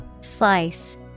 slice